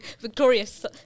Victorious